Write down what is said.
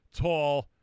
tall